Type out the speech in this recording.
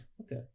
Okay